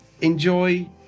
Enjoy